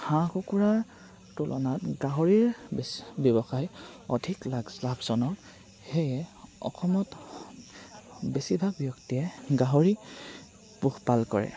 হাঁহ কুকুৰাৰ তুলনাত গাহৰিৰ ব্যৱসায় অধিক লাভজনক সেয়ে অসমত বেছিভাগ ব্যক্তিয়ে গাহৰি পোহপাল কৰে